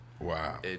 Wow